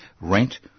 rent